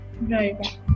right